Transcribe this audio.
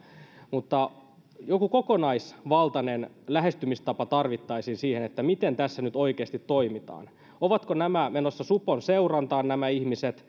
mutta joku kokonaisvaltainen lähestymistapa tarvittaisiin siihen miten tässä nyt oikeasti toimitaan ovatko nämä ihmiset menossa supon seurantaan